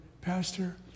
Pastor